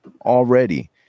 already